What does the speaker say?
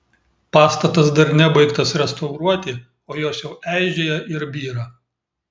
pastatas dar nebaigtas restauruoti o jos jau eižėja ir byra